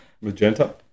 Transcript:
Magenta